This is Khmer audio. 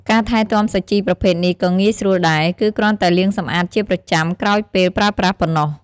ការថែទាំសាជីប្រភេទនេះក៏ងាយស្រួលដែរ គឺគ្រាន់តែលាងសម្អាតជាប្រចាំក្រោយពេលប្រើប្រាស់ប៉ុណ្ណោះ។